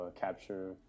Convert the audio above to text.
capture